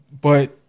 But-